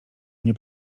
mnie